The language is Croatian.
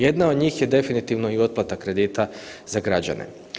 Jedna od njih je definitivno i otplata kredita za građane.